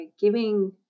giving